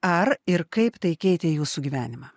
ar ir kaip tai keitė jūsų gyvenimą